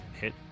hit